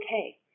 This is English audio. okay